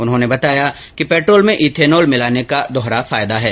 उन्होंने बताया कि पैट्रॉल में इथेनॉल मिलाने का दोहरा फायदा है